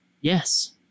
Yes